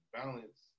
balance